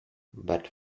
but